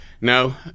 No